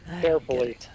Carefully